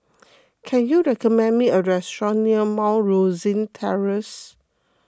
can you recommend me a restaurant near Mount Rosie Terrace